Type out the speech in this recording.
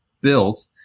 built